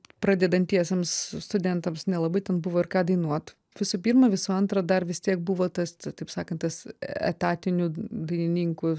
pradedantiesiems studentams nelabai ten buvo ir ką dainuot visų pirma visų antra dar vis tiek buvo tas taip sakant tas etatinių dainininkų